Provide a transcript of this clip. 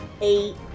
eight